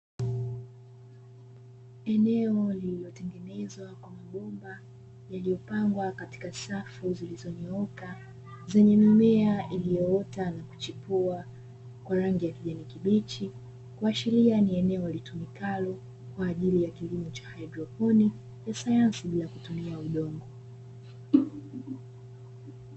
Eneo lililotengengezwa kwa mabomba yaliyopangwa katika safu zilizonyooka zenye mimea iliyoota na kuchipua kwa rangi ya kijani kibichi kuashiria ni eneo litumikalo kwa ajili ya kilimo cha haidroponi na sayansi bila ya kutumika udongo.